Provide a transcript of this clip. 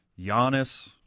Giannis